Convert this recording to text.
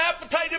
appetite